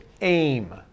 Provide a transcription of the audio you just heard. aim